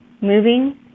moving